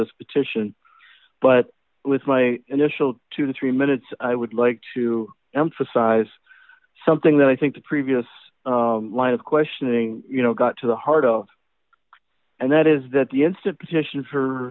this petition but with my initial two to three minutes i would like to emphasize something that i think the previous line of questioning you know got to the heart of and that is that the institution for